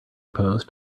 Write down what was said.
post